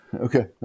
Okay